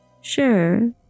Sure